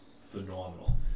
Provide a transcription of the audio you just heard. phenomenal